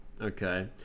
Okay